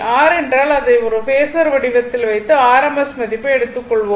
R என்றால் அதை ஒரு பேஸர் வடிவத்தில் வைத்து rms மதிப்பை எடுத்துக் கொள்வோம்